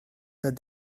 that